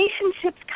Relationships